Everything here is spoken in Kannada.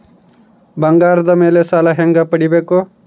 ಬಂಗಾರದ ಮೇಲೆ ಸಾಲ ಹೆಂಗ ಪಡಿಬೇಕು?